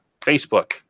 Facebook